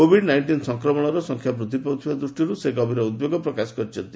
Covid nineteen ସଂକ୍ରମଣର ସଂଖ୍ୟା ବୃଦ୍ଧି ପାଉଥିବା ଦୂଷ୍ଟିରୁ ସେ ଗଭୀର ଉଦ୍ବେଗ ପ୍ରକାଶ କରିଛନ୍ତି